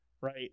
right